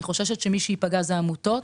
ומי שייפגע זה העמותות.